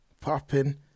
popping